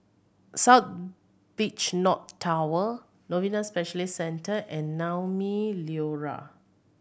South Beach North Tower Novena Specialist Centre and Naumi Liora